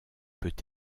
peut